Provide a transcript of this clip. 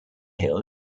hill